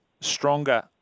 stronger